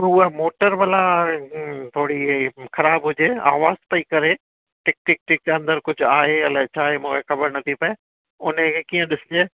त हूअ मोटर भला थोरी इहा ख़राबु हुजे आवाजु पयी करे टिक टिक टिक अंदरि कुझु आवाजु आहे अलाए छा आहे ख़बर नथी पए उनखे कीअं ॾिसिजे